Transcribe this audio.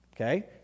Okay